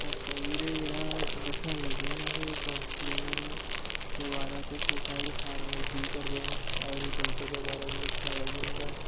ऐसा ऐ बीर जेह्ड़ा दस्सन लग्गे आं न अस काउंसलिंग दे बारे च सुसाइड फार्मर कीऽ करदे न एग्रीकल्चर दे बारे च दस्सन लग्गे न तां